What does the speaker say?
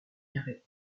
carrée